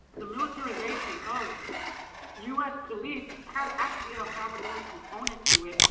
the militarization of u s. police has actually an salvadoran component to it.